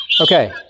Okay